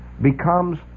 becomes